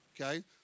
okay